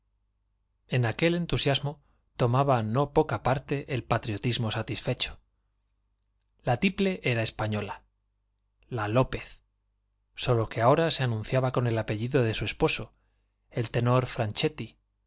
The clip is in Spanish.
en aquel entusiasmo no poca parte patriotismo satisfecho la tiple era española la anunciaba el apellido de lópez sólo que ahora se con su esposo el tenor franchetti